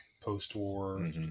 Post-war